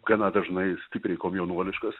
gana dažnai stipriai komjaunuoliškas